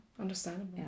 understandable